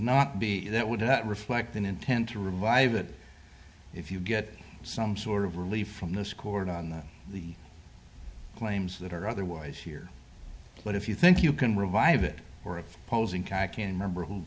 not be that would not reflect an intent to revive it if you get some sort of relief from this chord on the claims that are otherwise here but if you think you can revive it worth posing kayaking member who